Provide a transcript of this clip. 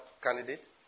candidate